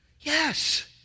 Yes